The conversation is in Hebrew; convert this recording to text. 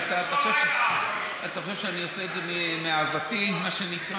אתה חושב שאני עושה את זה מאהבתי, מה שנקרא?